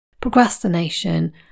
procrastination